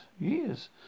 years